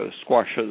squashes